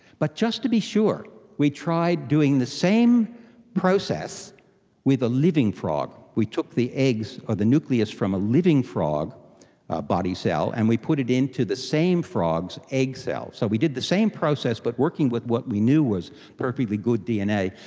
but just to be sure we tried doing the same process with a living frog. we took the eggs or the nucleus from a living frog ah body cell and we put it into the same frog's egg cell. so we did the same process but working with what we knew was perfectly good dna,